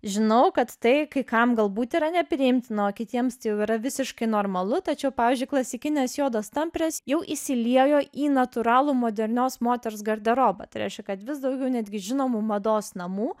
žinau kad tai kai kam galbūt yra nepriimtina o kitiems tai jau yra visiškai normalu tačiau pavyzdžiui klasikinės juodos tamprės jau įsiliejo į natūralų modernios moters garderobą tai reiškia kad vis daugiau netgi žinomų mados namų